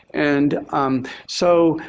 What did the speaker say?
and so,